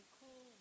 cool